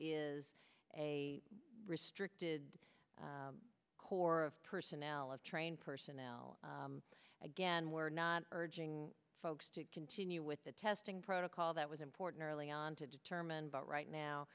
is a restricted corps of personnel of trained personnel again we're not urging folks to continue with the testing protocol that was important early on to determine but right now